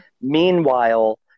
meanwhile